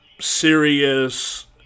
serious